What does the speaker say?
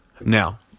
Now